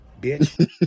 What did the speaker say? bitch